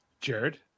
Jared